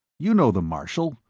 you know the marshal.